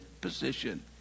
position